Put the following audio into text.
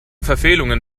verfehlungen